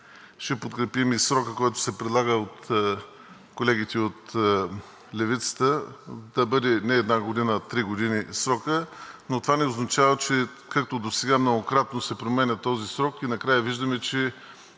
Ще подкрепим и срока, който се предлага от колегите от левицата – да бъде не една година, а три години срокът. Това не означава, че както досега многократно се променя този срок и накрая виждаме, че